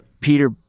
Peter